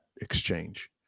exchange